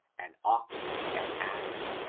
an ox, an ass,